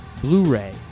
blu-ray